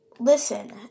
Listen